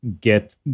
get